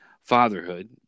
fatherhood